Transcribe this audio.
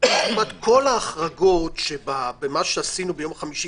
כמעט כל החרגות שבמה שעשינו ביום חמישי,